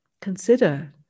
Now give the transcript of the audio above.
consider